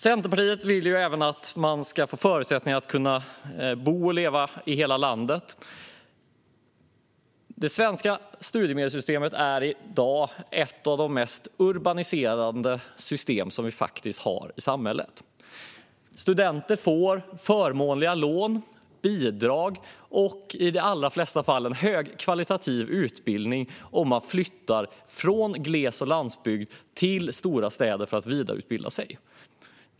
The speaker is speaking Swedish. Centerpartiet vill även att det ska ges förutsättningar att kunna bo och leva i hela landet. Dagens svenska studiemedelssystem är ett av de mest urbaniserande system vi har i samhället. Studenter får förmånliga lån och bidrag och i de allra flesta fall en högkvalitativ utbildning om de flyttar från gles och landsbygd till stora städer för att vidareutbilda sig.